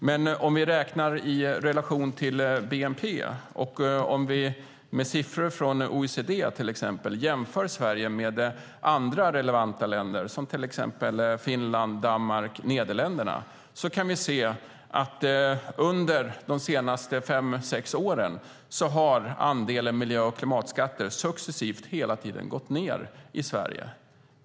Men om vi räknar i relation till bnp och med siffror från till exempel OECD jämför Sverige med andra relevanta länder, exempelvis Finland, Danmark och Nederländerna, kan vi se att under de senaste fem sex åren har andelen miljö och klimatskatter successivt gått ned i Sverige.